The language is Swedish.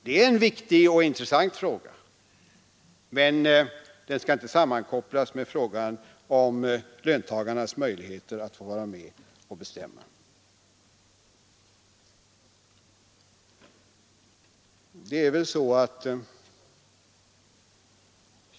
Det är en viktig och intressant fråga, men den skall inte sammankopplas med frågan om löntagarnas möjligheter att få vara med och bestämma.